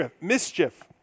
mischief